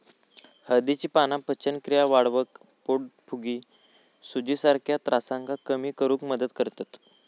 हळदीची पाना पचनक्रिया वाढवक, पोटफुगी, सुजीसारख्या त्रासांका कमी करुक मदत करतत